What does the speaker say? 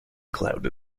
cloud